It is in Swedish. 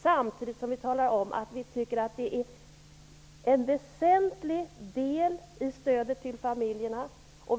Samtidigt vill vi tala om att detta är en väsentlig del i stödet till familjerna.